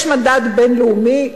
יש מדד בין-לאומי.